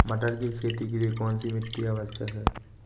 मटर की खेती के लिए कौन सी मिट्टी आवश्यक है?